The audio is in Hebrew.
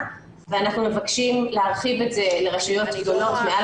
ואנחנו מבקשים להרחיב את זה לרשויות גדולות מעל